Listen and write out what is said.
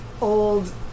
old